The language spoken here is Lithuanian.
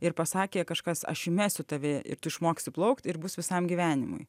ir pasakė kažkas aš įmesiu tave ir tu išmoksi plaukt ir bus visam gyvenimui